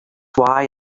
why